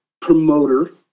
promoter